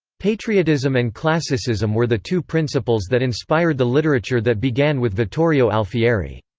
patriotism and classicism were the two principles that inspired the literature that began with vittorio alfieri.